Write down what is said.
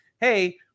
Hey